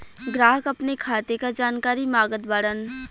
ग्राहक अपने खाते का जानकारी मागत बाणन?